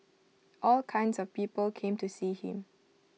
all kinds of people came to see him